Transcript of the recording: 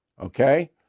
Okay